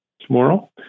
tomorrow